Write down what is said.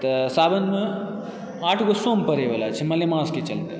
तऽ सावनमे आठगो सोम पड़ै वला छै मलमासके चलते